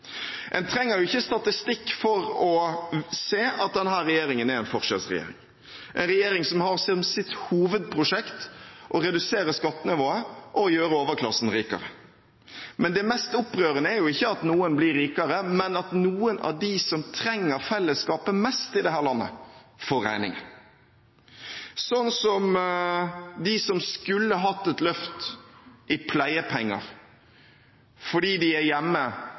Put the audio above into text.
En trenger ikke statistikk for å se at denne regjeringen er en forskjellsregjering, en regjering som har som sitt hovedprosjekt å redusere skattene våre og gjøre overklassen rikere. Men det mest opprørende er ikke at noen blir rikere, men at noen av dem som trenger fellesskapet mest i dette landet, får regningen. Det gjelder dem som skulle hatt et løft i pleiepenger, fordi de er hjemme